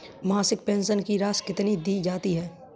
मासिक पेंशन की राशि कितनी दी जाती है?